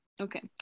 okay